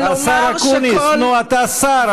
השר אקוניס, נו, אתה שר.